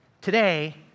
today